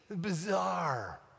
Bizarre